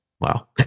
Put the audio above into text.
Wow